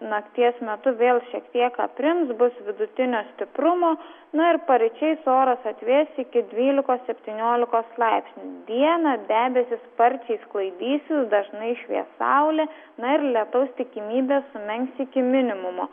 nakties metu vėl šiek tiek aprims bus vidutinio stiprumo na ir paryčiais oras atvės iki dvylikos septyniolikos laipsnių dieną debesys sparčiai sklaidysis dažnai švies saulė na ir lietaus tikimybė sumenks iki minimumo